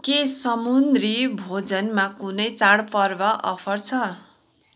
के समुद्री भोजनमा कुनै चाडपर्व अफर छ